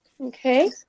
Okay